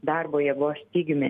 darbo jėgos stygiumi